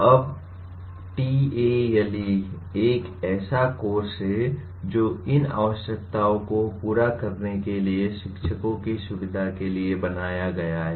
अब टेल एक ऐसा कोर्स है जो इन आवश्यकताओं को पूरा करने के लिए शिक्षकों की सुविधा के लिए बनाया गया है